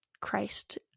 Christ